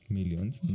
Millions